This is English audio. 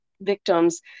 victims